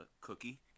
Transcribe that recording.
cookie